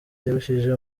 yarushije